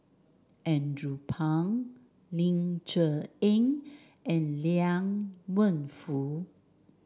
Andrew Phang Ling Cher Eng and Liang Wenfu